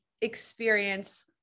experience